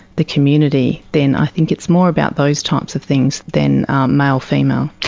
the community then i think it's more about those types of things than male, female.